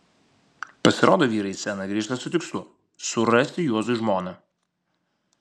pasirodo vyrai į sceną grįžta su tikslu surasti juozui žmoną